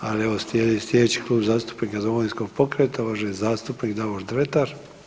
Ali evo slijedi sljedeći Klub zastupnika Domovinskog pokreta uvaženi zastupnik Davor Dretar.